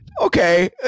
Okay